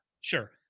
sure